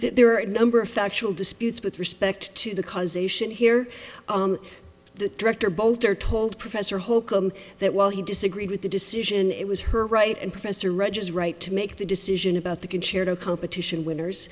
program there are a number of factual disputes with respect to the causation here the director both are told professor holcomb that while he disagreed with the decision it was her right and professor reges right to make the decision about the concerto competition winners